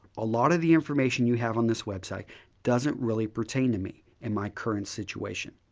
a lot of the information you have on this website doesnit really pertain to me in my current situation.